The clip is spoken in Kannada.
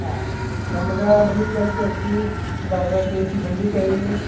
ಹಾಂ ನಮ್ಗೆ ಮನಿಗೆ ಕೊಟ್ಟು ಕಳಿಸ್ರಿ ಒಂದು ಅರ್ಧ ಕೆಜಿ ಬೆಂಡೆಕಾಯಿ